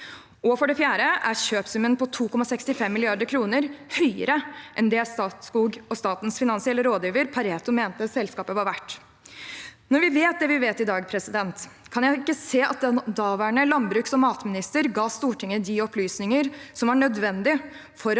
For det fjerde er kjøpesummen på 2,65 mrd. kr høyere enn det Statskog og statens finansielle rådgiver Pareto mente selskapet var verdt. Når vi vet det vi vet i dag, kan jeg ikke se at den daværende landbruks- og matministeren ga Stortinget de opplysninger som var nødvendige for